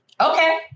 Okay